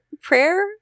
prayer